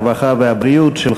הרווחה והבריאות נתקבלה.